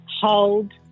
Hold